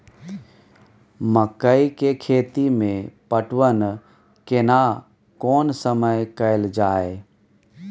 मकई के खेती मे पटवन केना कोन समय कैल जाय?